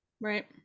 right